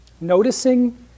noticing